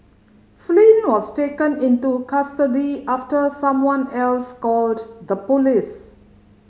Flynn was taken into custody after someone else called the police